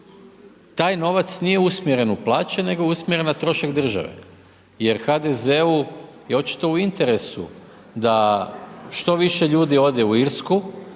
taj novac nije usmjeren u plaće, nego je usmjeren na trošak države. Jer HDZ-u je očito u interesu da što više ljudi ode u Irsku,